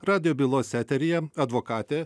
radijo bylos eteryje advokatė